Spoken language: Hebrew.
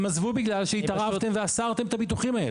הם עזבו בגלל שהתערבתם ואסרתם את הביטוחים האלה.